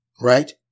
right